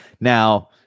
Now